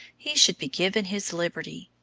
he should be given his liberty.